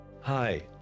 Hi